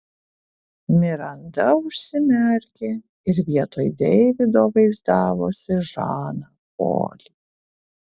miranda užsimerkė ir vietoj deivido vaizdavosi žaną polį